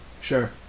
Sure